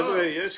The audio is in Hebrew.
חבר'ה, יש גבול.